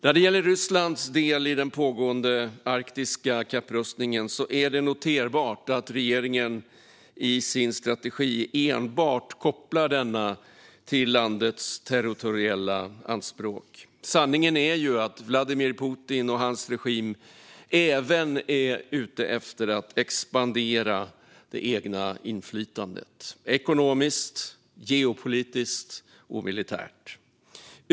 När det gäller Rysslands del i den pågående arktiska kapprustningen är det noterbart att regeringen i sin strategi enbart kopplar denna till landets territoriella anspråk. Sanningen är ju att Vladimir Putin och hans regim även är ute efter att expandera det egna inflytandet ekonomiskt, geopolitiskt och militärt.